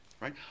right